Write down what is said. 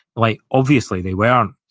like obviously they weren't.